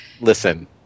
listen